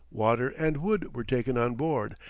water, and wood were taken on board,